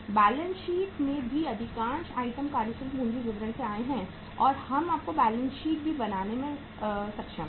balance sheet में भी अधिकांश आइटम कार्यशील पूंजी विवरण से आए हैं और हम आपको बैलेंस शीट भी बताने में सक्षम हैं